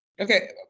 Okay